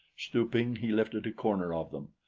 stooping he lifted a corner of them.